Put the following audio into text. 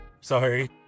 Sorry